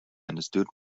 understood